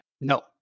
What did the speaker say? No